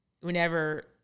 Whenever